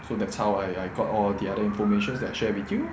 so that's how I I got all the other information that I share with you ah